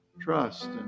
trust